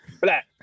black